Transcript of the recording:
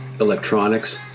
electronics